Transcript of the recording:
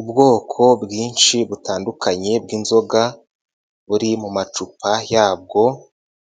Ubwoko bwinshi butandukanye bw'inzoga buri mu macupa yabwo,